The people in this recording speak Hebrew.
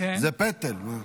זה פטל.